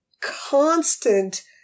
constant